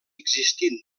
existint